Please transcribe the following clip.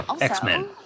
X-Men